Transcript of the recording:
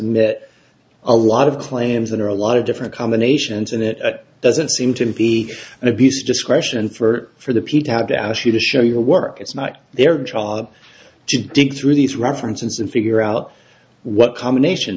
that a lot of claims that are a lot of different combinations and it doesn't seem to be an abuse of discretion for the p to have to ask you to show your work it's not their job to dig through these references and figure out what combination